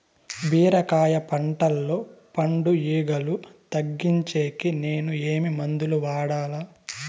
బీరకాయ పంటల్లో పండు ఈగలు తగ్గించేకి నేను ఏమి మందులు వాడాలా?